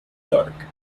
dark